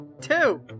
Two